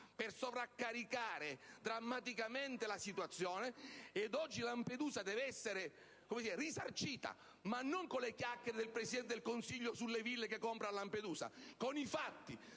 per sovraccaricare drammaticamente la situazione, e oggi l'isola deve essere risarcita, ma non con le chiacchiere del Presidente del Consiglio sulle ville che comprerà a Lampedusa, ma con i fatti: